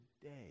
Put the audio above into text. today